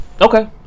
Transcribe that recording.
Okay